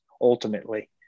ultimately